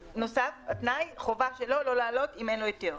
נוסף התנאי חובה שלו לא לעלות אם אין לו היתר.